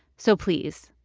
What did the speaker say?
so please,